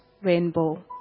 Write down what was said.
rainbow